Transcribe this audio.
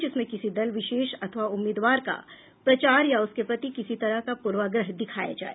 जिसमें किसी दल विशेष अथवा उम्मीदवार का प्रचार या उसके प्रति किसी तरह का पूर्वाग्रह दिखाया जाए